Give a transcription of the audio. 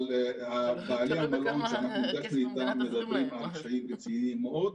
אבל בעלי המלונות שאנחנו נפגשנו איתם מדברים על קשיים רציניים מאוד.